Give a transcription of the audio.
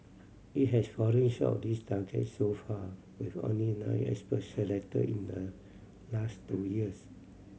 it has fallen short this target so far with only nine experts selected in the last two years